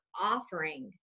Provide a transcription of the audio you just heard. offering